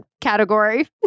category